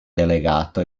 delegato